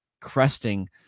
cresting